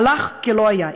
הלך כלא היה,